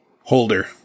Holder